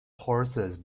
horses